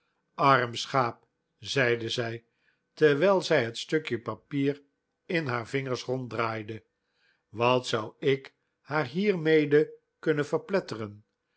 arm schaap zeide zij terwijl zij het stukje papier in haar vingers ronddraaide wat zou ik haar hiermede kunnen verpletteren